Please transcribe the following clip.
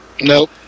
nope